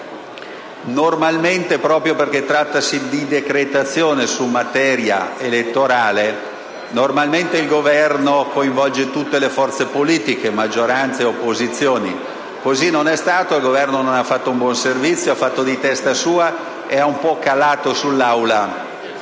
Normalmente, proprio perché trattasi di decretazione su materia elettorale, il Governo coinvolge tutte le forze politiche, maggioranza e opposizioni. Così non è stato. Il Governo non ha fatto un buon servizio, ha fatto di testa sua e ha calato sull'Assemblea